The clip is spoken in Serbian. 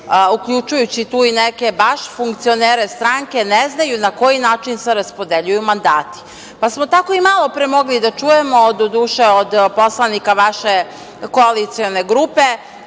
uključujući tu i neke baš funkcionere stranke, ne znaju na koji način se raspodeljuju mandati, pa smo tako i malo pre mogli da čujemo, doduše, od poslanika vaše koalicije grupe